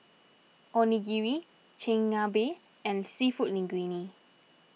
Onigiri Chigenabe and Seafood Linguine